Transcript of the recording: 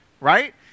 Right